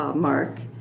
um mark.